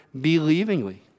believingly